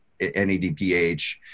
NADPH